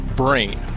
brain